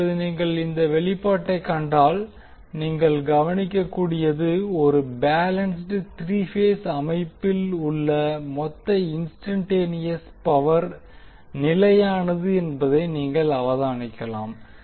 இப்போது நீங்கள் இந்த வெளிப்பாட்டைக் கண்டால் நீங்கள் கவனிக்கக்கூடியது ஒரு பேலன்ஸ்ட் த்ரீ பேஸ் அமைப்பில் உள்ள மொத்த இன்ஸ்டன்ட்டேனியஸ் பவர் நிலையானது என்பதை நீங்கள் அவதானிக்கலாம்